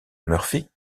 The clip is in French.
murphy